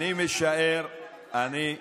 עם אחד.